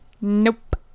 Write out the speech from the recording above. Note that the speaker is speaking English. Nope